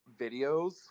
videos